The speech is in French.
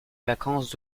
vacances